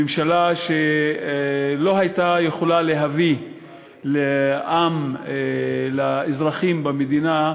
ממשלה שלא הייתה יכולה להביא לעם, לאזרחים במדינה,